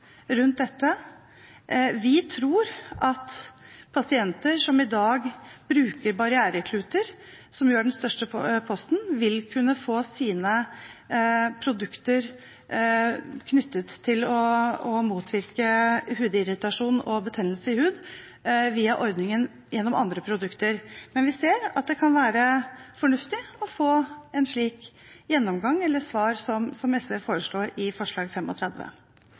rundt dette. Vi tror at pasienter som i dag bruker barrierekluter, som er den største posten, vil kunne få sine produkter knyttet til motvirkning av hudirritasjon og betennelse i huden, via ordningen gjennom andre produkter. Men vi ser at det kan være fornuftig å få en slik gjennomgang eller et slikt svar som SV foreslår i forslag